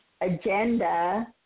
agenda